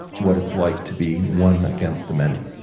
what it's like to be one against the many.